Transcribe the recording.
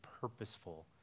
purposeful